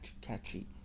catchy